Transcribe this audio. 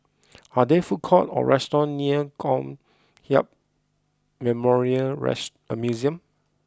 are there food courts or restaurants near Kong Hiap Memorial rest Museum